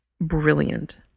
brilliant